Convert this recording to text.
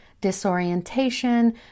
disorientation